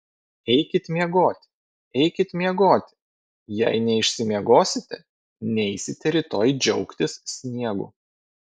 eikit miegoti eikit miegoti jei neišsimiegosite neisite rytoj džiaugtis sniegu